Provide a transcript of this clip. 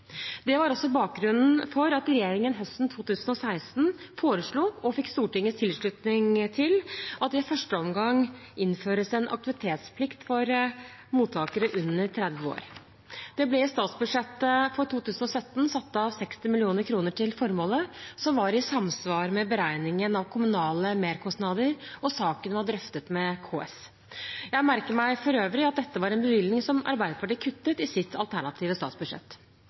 Det var bakgrunnen for at regjeringen høsten 2016 foreslo, og fikk Stortingets tilslutning til, at det i første omgang innføres en aktivitetsplikt for mottakere under 30 år. Det ble i statsbudsjettet for 2017 satt av 60 mill. kr til formålet, noe som var i samsvar med beregningen av kommunale merkostnader, og saken var drøftet med KS. Jeg merker meg for øvrig at dette var en bevilgning som Arbeiderpartiet kuttet i sitt alternative statsbudsjett.